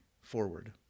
forward